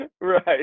right